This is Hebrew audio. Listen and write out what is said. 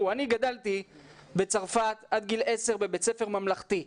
אני גדלתי בצרפת עד גיל 10 בבית ספר ממלכתי.